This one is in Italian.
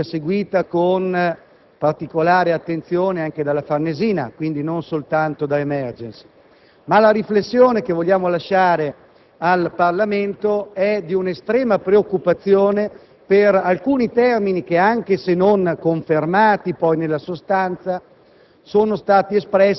ci auguriamo sia seguita con particolare attenzione anche dalla Farnesina, non soltanto da Emergency. Ma la riflessione che vogliamo lasciare al Parlamento e` di un’estrema preoccupazione per alcuni termini che, anche se non confermati poi nella sostanza,